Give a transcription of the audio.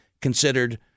considered